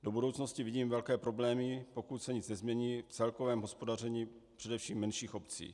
Do budoucnosti vidím velké problémy, pokud se nic nezmění v celkovém hospodaření především menších obcí.